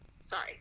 sorry